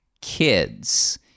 kids